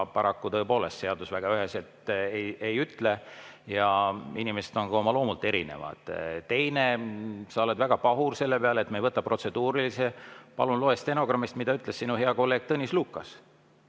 paraku seadus väga üheselt ei ütle ja inimesed on ka oma loomult erinevad. Teiseks. Sa oled väga pahur selle peale, et me ei võta protseduurilisi. Palun loe stenogrammist, mida ütles sinu hea kolleeg Tõnis Lukas,